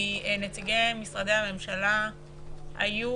מנציגי משרדי הממשלה היו